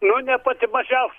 nu ne pati mažiaus